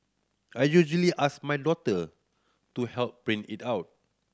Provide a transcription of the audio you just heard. I usually ask my daughter to help print it out